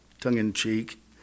tongue-in-cheek